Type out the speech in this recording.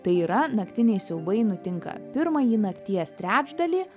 tai yra naktiniai siaubai nutinka pirmąjį nakties trečdalį